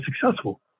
successful